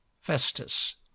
Festus